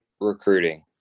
recruiting